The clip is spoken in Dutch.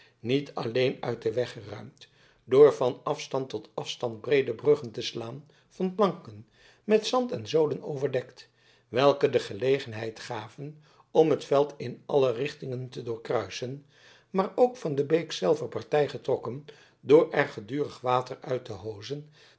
niet alleen uit den weg geruimd door van afstand tot afstand breede bruggen te slaan van planken met zand en zoden overdekt welke de gelegenheid gaven om het veld in alle richtingen te doorkruisen maar ook van de beek zelve partij getrokken door er gedurig water uit te hozen